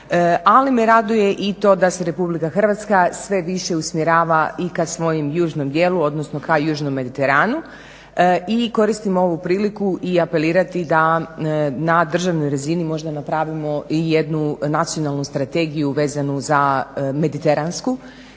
Ali me raduje i to da se RH sve više usmjerava i ka svojem južnom dijelu, odnosno ka južnom mediteranu. I koristim ovu priliku i apelirati da na državnoj razini možda napravimo i jednu nacionalnu strategiju vezanu za mediteransku,